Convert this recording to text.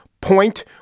point